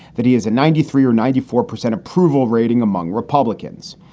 that he is in ninety three or ninety four percent approval rating among republicans,